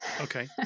okay